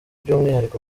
by’umwihariko